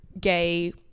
gay